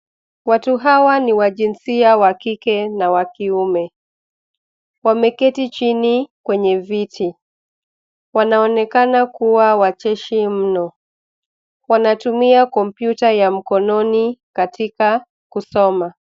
Watu hawa ni wa jinsia wa kike na wa kiume. Wameketi chini kwenye viti. Wanaonekana kuwa wacheshi mno, wanatumia kompyuta ya mkononi katika kusoma.